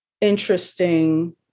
interesting